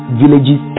villages